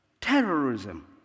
terrorism